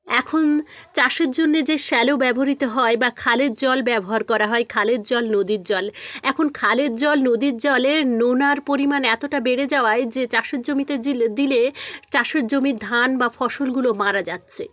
এখন চাষের জন্যে যে স্যালো ব্যবহৃত হয় বা খালের জল ব্যবহার করা হয় খালের জল নদীর জল এখন খালের জল নদীর জলের নোনার পরিমাণ এতোটা বেড়ে যাওয়ায় যে চাষের জমিতে জ্বেলে দিলে চাষের জমির ধান বা ফসলগুলো মারা যাচ্চে